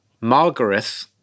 Margareth